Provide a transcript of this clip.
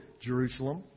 Jerusalem